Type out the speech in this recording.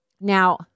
Now